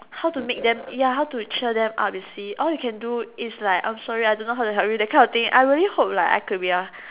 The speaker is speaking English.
how to make them ya how to cheer them up you see all you can do is like I'm sorry I don't know how to help you that kind of thing I really hope like I could be A